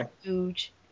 huge